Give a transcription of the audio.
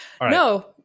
No